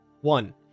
one